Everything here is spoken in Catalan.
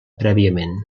prèviament